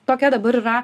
tokia dabar yra